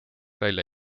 välja